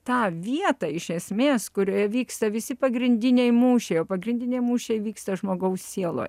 tą vietą iš esmės kurioje vyksta visi pagrindiniai mūšiai o pagrindiniai mūšiai vyksta žmogaus sieloj